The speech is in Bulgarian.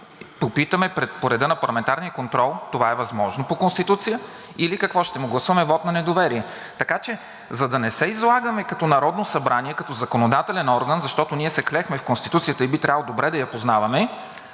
го попитаме по реда на парламентарния контрол – това е възможно по Конституция, или какво – ще му гласуваме вот на недоверие? Така че, за да не се излагаме като Народно събрание, като законодателен орган, защото ние се клехме в Конституцията и би трябвало добре да я познаваме